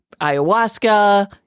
ayahuasca